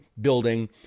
building